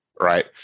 right